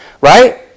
Right